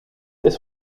this